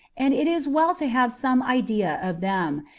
and it is well to have some idea of them,